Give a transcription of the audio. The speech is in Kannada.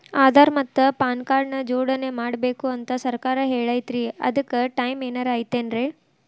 ಆಧಾರ ಮತ್ತ ಪಾನ್ ಕಾರ್ಡ್ ನ ಜೋಡಣೆ ಮಾಡ್ಬೇಕು ಅಂತಾ ಸರ್ಕಾರ ಹೇಳೈತ್ರಿ ಅದ್ಕ ಟೈಮ್ ಏನಾರ ಐತೇನ್ರೇ?